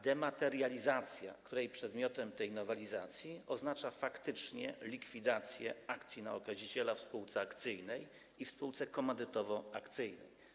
Dematerializacja, która jest przedmiotem tej nowelizacji, oznacza faktycznie likwidację akcji na okaziciela w spółce akcyjnej i w spółce komandytowo-akcyjnej.